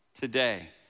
today